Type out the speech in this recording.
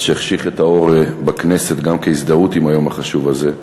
על שהחשיך את האור בכנסת כהזדהות עם היום החשוב הזה.